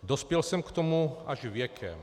Dospěl jsem k tomu až věkem.